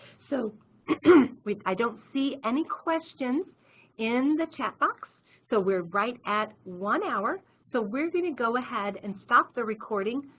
so i don't see any questions in the chat box, so we're right at one hour so we're going to go ahead and stop the recording.